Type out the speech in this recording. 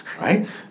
Right